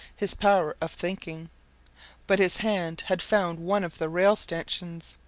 his power of thinking but his hand had found one of the rail-stanchions.